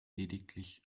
lediglich